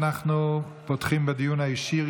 אנחנו פותחים בדיון האישי.